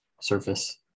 surface